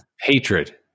Hatred